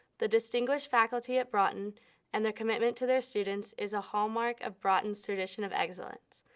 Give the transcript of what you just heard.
the distinguished faculty at broughton and their commitment to their students is a hallmark of broughton's tradition of excellence.